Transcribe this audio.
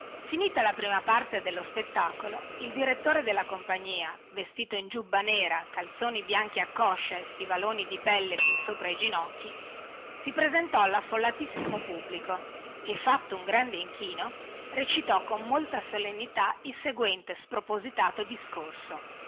finita la prima parte dello spettacolo il direttore della compagnia vestito in giubba nera calzoni bianchi a coscia e stivaloni di pelle fin sopra ai ginocchi si presentò allaffollatissimo pubblico e fatto un grande inchino recitò con molta solennità il seguente spropositato discorso